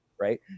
right